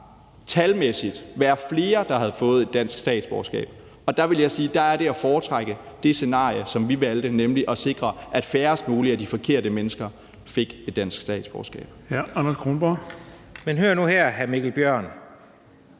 talmæssigt bare være flere, der havde fået dansk statsborgerskab. Og der vil jeg sige, at der er det at foretrække det scenarie, som vi valgte, nemlig at sikre, at færrest mulige af de forkerte mennesker fik dansk statsborgerskab.